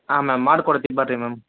ಹಾಂ ಮ್ಯಾಮ್ ಮಾಡ್ಕೊಡ್ತಿವಿ ಬರ್ರಿ ಮ್ಯಾಮ್